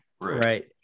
right